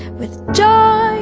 with joy